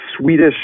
Swedish